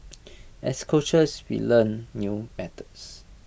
as coaches we learn new methods